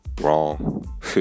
Wrong